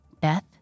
Beth